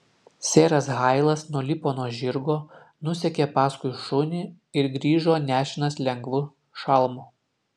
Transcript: seras hailas nulipo nuo žirgo nusekė paskui šunį ir grįžo nešinas lengvu šalmu